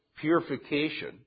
purification